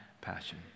passion